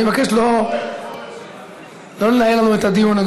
אני מבקש שלא לנהל לנו את הדיון,